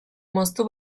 moztu